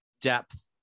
depth